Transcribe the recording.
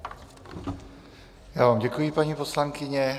Já vám děkuji, paní poslankyně.